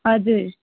हजुर